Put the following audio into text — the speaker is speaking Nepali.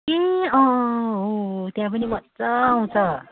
ए अँ अँ हो हो त्यहाँ पनि मजा आउँछ